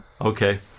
Okay